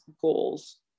goals